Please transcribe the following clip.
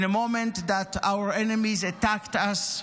in a moment that our enemies attacked us,